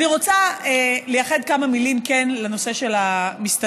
אני רוצה לייחד כמה מילים כן לנושא של המסתננים,